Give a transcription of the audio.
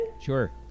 sure